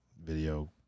video